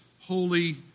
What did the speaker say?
holy